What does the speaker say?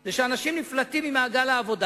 הוא שאנשים נפלטים ממעגל העבודה,